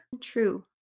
True